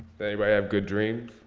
everybody have good dreams?